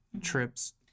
trips